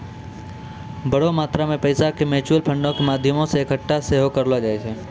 बड़ो मात्रा मे पैसा के म्यूचुअल फंडो के माध्यमो से एक्कठा सेहो करलो जाय छै